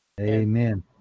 Amen